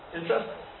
Interesting